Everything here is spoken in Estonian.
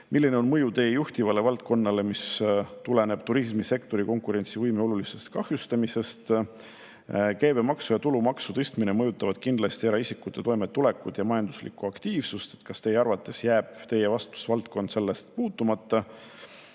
Milline on mõju tema juhitavale valdkonnale, mis tuleneb turismisektori konkurentsivõime olulisest kahjustamisest? Käibemaksu ja tulumaksu tõstmine mõjutavad kindlasti eraisikute toimetulekut ja majanduslikku aktiivsust. Kas tema arvates jääb tema vastutusvaldkond sellest puutumata?